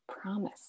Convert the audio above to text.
promise